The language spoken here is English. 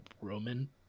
roman